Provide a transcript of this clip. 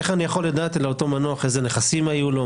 איך אני יכול לדעת על אותו מנוח איזה נכסים היו לו?